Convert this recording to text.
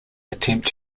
attempt